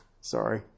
Sorry